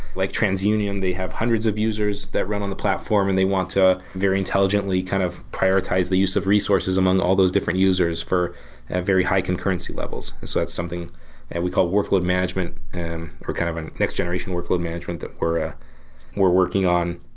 like trans union, they have hundreds of users that run on the platform and they want to very intelligently kind of prioritize the use of resources among all those different users for a very high concurrency levels. and so that's something and we call workload management and or kind of a next generation workload management that we're ah we're working on.